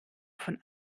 von